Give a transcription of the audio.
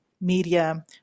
media